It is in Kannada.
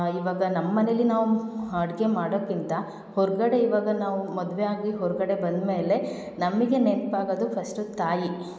ಇವಾಗ ನಮ್ಮ ಮನೆಯಲ್ಲಿ ನಾವು ಅಡ್ಗೆ ಮಾಡೋದ್ಕಿಂತ ಹೊರಗಡೆ ಇವಾಗ ನಾವು ಮದುವೆ ಆಗಿ ಹೊರಗಡೆ ಬಂದ ಮೇಲೆ ನಮಗೆ ನೆನ್ಪಾಗೋದು ಫಸ್ಟು ತಾಯಿ